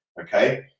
okay